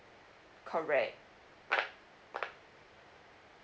correct